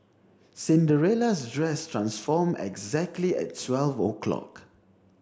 Cinderella's dress transformed exactly at twelve o'clock